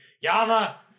Yama